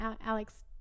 Alex